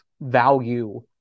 value